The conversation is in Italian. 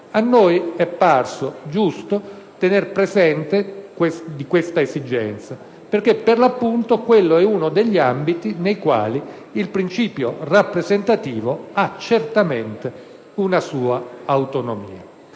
a noi è parso giusto aver presente questa esigenza perché, per l'appunto, si tratta di uno degli ambiti nei quali il principio rappresentativo ha certamente una sua autonomia.